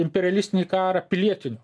imperialistinį karą pilietiniu